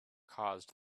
caused